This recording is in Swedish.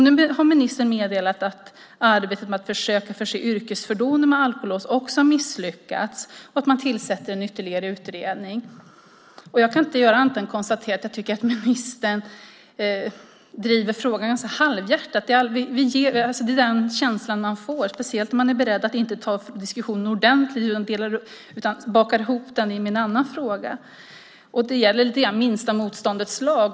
Nu har ministern meddelat att arbetet med att försöka förse yrkesfordon med alkolås också har misslyckats och att man tillsätter en ytterligare utredning. Och jag kan inte göra annat än konstatera att jag tycker att ministern driver frågan ganska halvhjärtat. Det är den känsla man får, speciellt när diskussionen inte tas ordentligt utan bakas ihop med en annan fråga. Här gäller lite grann minsta motståndets lag.